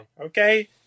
okay